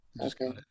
Okay